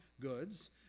goods